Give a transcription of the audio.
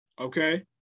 okay